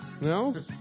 No